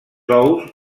ous